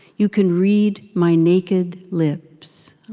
you can read my naked lips.